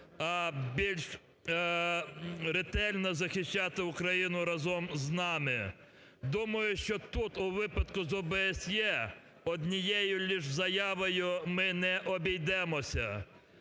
більш ретельно захищати Україну разом із нами. Думаю, що тут, у випадку з ОБСЄ, однією лише заявою ми не обійдемося.